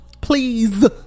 please